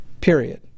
Period